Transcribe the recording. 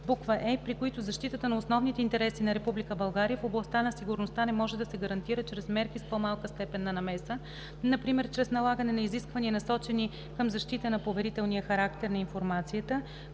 е) при които защитата на основните интереси на Република България в областта на сигурността не може да се гарантира чрез мерки с по-малка степен на намеса, например чрез налагане на изисквания, насочени към защита на поверителния характер на информацията,